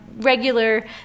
regular